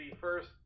first